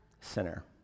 sinner